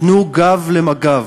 תנו גב למג"ב.